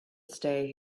stay